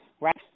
right